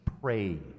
pray